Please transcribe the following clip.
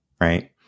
right